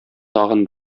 тагын